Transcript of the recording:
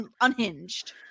unhinged